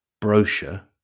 brochure